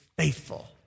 faithful